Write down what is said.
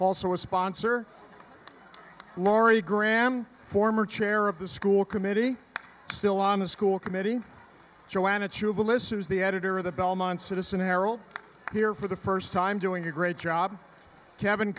also a sponsor laurie graham former chair of the school committee still on the school committee joanna to the listeners the editor of the belmont citizen errol here for the first time doing a great job kevin